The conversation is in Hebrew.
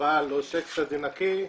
או אקסטזי נקי,